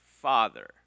Father